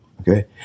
Okay